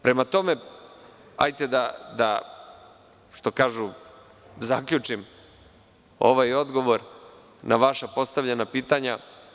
Prema tome, hajde da, što kažu, zaključim ovaj odgovor na vaša postavljena pitanja.